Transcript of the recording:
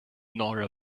nor